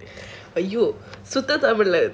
!aiyo! சுத்த:suththa tamil